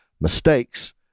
mistakes